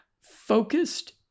Focused